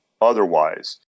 otherwise